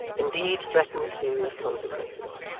indeed, threatened serious consequences,